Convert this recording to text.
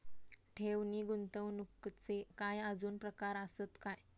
ठेव नी गुंतवणूकचे काय आजुन प्रकार आसत काय?